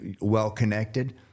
well-connected